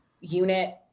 unit